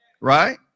right